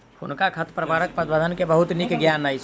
हुनका खरपतवार प्रबंधन के बहुत नीक ज्ञान अछि